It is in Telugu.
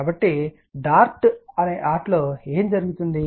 కాబట్టి డార్ట్ ఆటలో ఏమి జరుగుతుంది